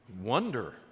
Wonder